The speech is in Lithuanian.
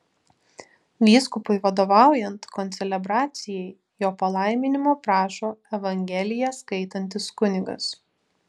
vyskupui vadovaujant koncelebracijai jo palaiminimo prašo evangeliją skaitantis kunigas